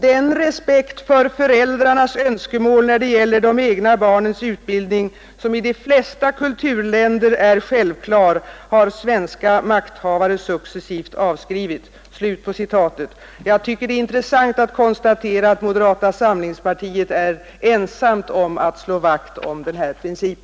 Den respekt för föräldrarnas önskemål när det gäller de egna barnens utbildning som i de flesta kulturländer är självklar har svenska makthavare successivt avskrivit.” Det är intressant att konstatera att moderata samlingspartiet är ensamt om att slå vakt om valfrihetens princip.